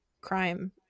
crime